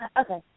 Okay